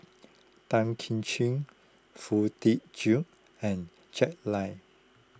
Tan Kim Ching Foo Tee Jun and Jack Lai